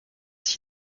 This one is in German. sich